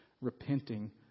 repenting